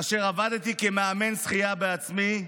כאשר עבדתי כמאמן שחייה בעצמי.